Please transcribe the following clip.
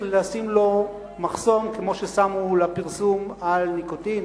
לשים לו מחסום כמו ששמו לפרסום של ניקוטין,